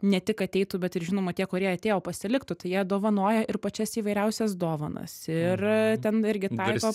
ne tik ateitų bet ir žinoma tie kurie atėjo pasiliktų tai jie dovanoja ir pačias įvairiausias dovanas ir ten irgi taiko